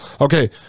Okay